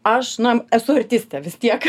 aš na esu artistė vis tiek